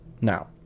Now